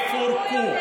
לא יפורקו.